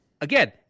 again